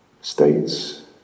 states